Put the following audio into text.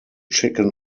chicken